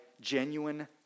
genuine